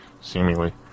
seemingly